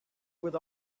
with